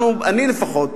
אנחנו, אני לפחות,